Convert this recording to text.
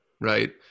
right